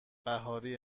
بهاری